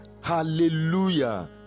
hallelujah